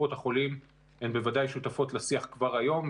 קופות החולים בוודאי שותפות לשיח כבר היום,